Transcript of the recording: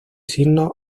signos